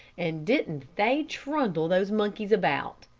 and didn't they trundle those monkeys about.